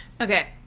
okay